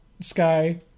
sky